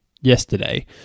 yesterday